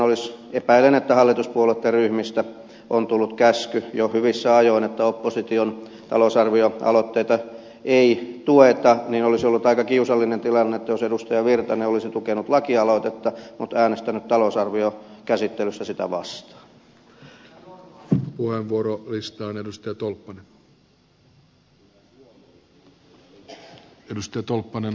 epäilen että hallituspuolueitten ryhmistä on tullut käsky jo hyvissä ajoin että opposition talousarvioaloitteita ei tueta ja olisi ollut aika kiusallinen tilanne jos edustaja virtanen olisi tukenut lakialoitetta mutta äänestänyt talousarviokäsittelyssä sitä vastaan